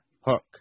Hook